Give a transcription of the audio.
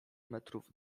metrów